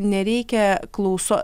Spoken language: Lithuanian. nereikia klauso